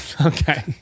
Okay